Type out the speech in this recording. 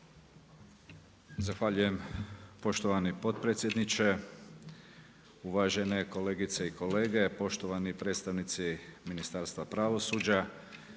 Zahvaljujem poštovani potpredsjedniče. Uvažene kolegice i kolege, poštovani predstavnici Ministarstva pravosuđa